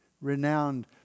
renowned